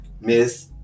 Miss